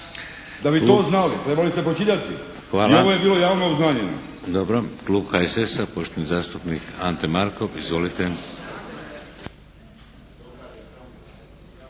Da bi to znali trebali ste pročitati i ovo je bilo javno obznanjeno.